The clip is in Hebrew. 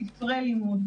בספרי לימוד.